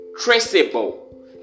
traceable